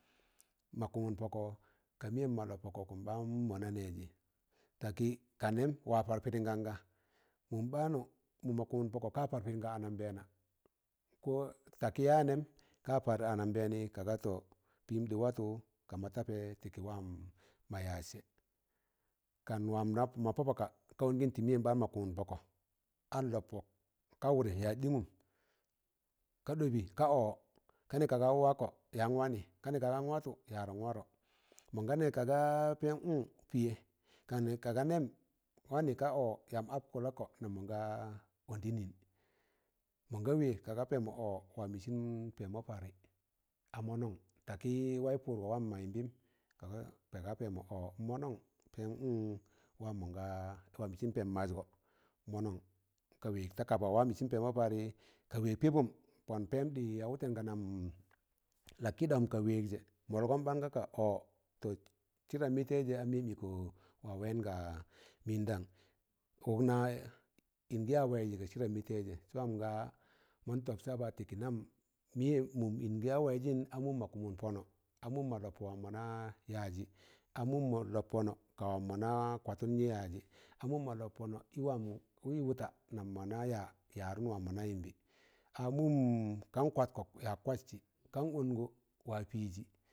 Ma kụmụn pọkọ ka miyem moṇ lọp pọkọ ụkụm ɓaan mọna nẹẹjị, takị kanẹm wa par pirịm ganga, mụm ɓaanụ mụm ma kumụm pọkọ ka par pịrịm ga ananbẹẹna, ko takị ya nẹm ka par anambẹẹna kaga tọ pịm ɗị watụ kama tapẹ ti kị wam ma yaz sẹ, kan wam mọ pọ paka ka ongiṇ tị mịyẹm ɓaan ma kụmụm pọkọ, an lọb pọk ka wụdẹ yaz ɗịngụm, ka ɗọbị ka ọ kanẹ kaga n wakọ yaan wanị kanị ka gan watụ, yaadon warọ, mọn ganẹ ka gaa unn pịye ka nẹ kaga nẹm wanị ka ọ yamba ap kọlọkọ, nam mọn ga ọndịnịm. mọn ga wẹ kaga ọ wam ịsịn pẹmọ parị a mọnọm takị waị pụrgọ wam ma yịmbụm kaga pẹmọ ọ a mọnọm pẹm n wam mọnga wam ịsịn pẹm mazgọ mọnọm kak wẹg ta kaba wam ịsịn pẹmọ parị ka wẹg pịbun pọn pẹm ɗị ya wụtẹn ga nam lakịɗawụn ga wẹg jẹ, mọlgọm baan ga ka ọ tọ sịdam mị taịzẹ a mẹyem ịkọ wa wayin ga mindan uk na in gi ya waịzị ga sịdam mị taịzẹ sẹ wam nga mọn tọb saba ti kị nam ịn gị ya waịzịn a mụm mọ kụmọm pọnọ a mụm mọ lob wam mọ na yajị, a mụm mọ lọb pọnọ ka wam mona kwatun yajị, a mụm ma lap pọnọ ị wụta nam mọ naya, yarụm wam mọna yịmbị, a mụm kan kwatkọ yak kwatsị kan ọngọ wa pịịji.